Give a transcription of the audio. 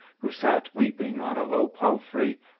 who sat weeping, on a low palfrey,